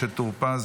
משה טור פז,